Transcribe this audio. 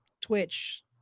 Twitch